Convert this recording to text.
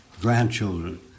grandchildren